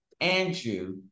Andrew